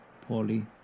poorly